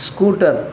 scooter